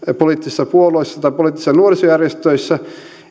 poliittisissa puolueissa tai poliittisissa nuorisojärjestöissä